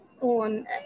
on